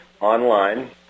online